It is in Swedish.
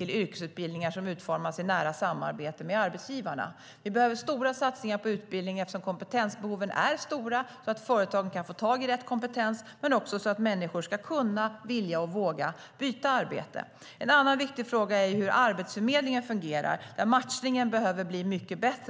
yrkesutbildningar utformade i nära samarbete med arbetsgivarna. Det behövs stora satsningar på utbildning eftersom kompetensbehoven är stora så att företagen kan få tag i rätt kompetens och så att människor ska kunna, vilja och våga byta arbete. En annan viktig fråga är hur Arbetsförmedlingen fungerar. Matchningen behöver bli mycket bättre.